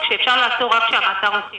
אם לי אין זכויות אז גם שלעצור לא יהיו.